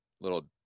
little